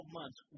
months